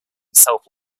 south